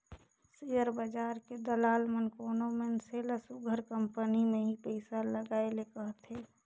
share बजार के दलाल मन कोनो मइनसे ल सुग्घर कंपनी में ही पइसा लगाए ले कहथें